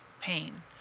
pain